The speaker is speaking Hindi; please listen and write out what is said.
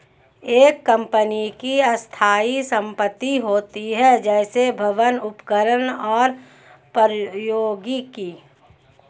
एक कंपनी की स्थायी संपत्ति होती हैं, जैसे भवन, उपकरण और प्रौद्योगिकी